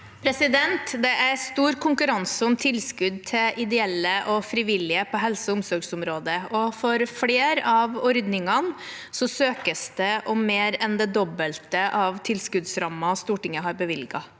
Det er stor kon- kurranse om tilskudd til ideelle og frivillige på helse- og omsorgsområdet, og for flere av ordningene søkes det om mer enn det dobbelte av tilskuddsrammen Stortinget har bevilget.